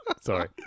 Sorry